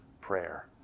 prayer